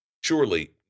Surely